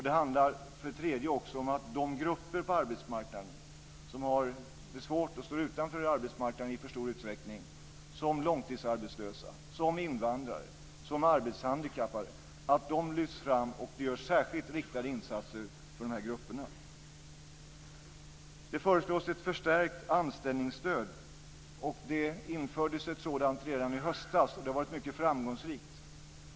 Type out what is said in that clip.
Det handlar om att de grupper på arbetsmarknaden som har det svårt och i för stor utsträckning står utanför arbetsmarknaden, som långtidsarbetslösa, som invandrare, som arbetshandikappade, lyfts fram och att det görs särskilt riktade insatser för de grupperna. Det förslås ett förstärkt anställningsstöd. Det infördes ett sådant redan i höstas, och det har varit mycket framgångsrikt.